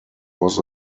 was